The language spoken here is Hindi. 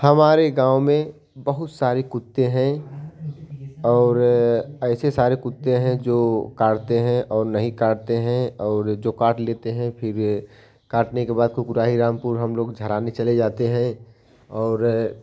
हमारे गाँव में बहुत सारे कुत्तें हैं और ऐसे सारे कुत्तें जो काटते हैं और नहीं काटते हैं और जो काट लेते हैं फ़िर भी काटने के बाद कुकराही रामपुर हम लोग झाराने चलने जाते हैं और